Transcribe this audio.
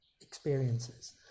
experiences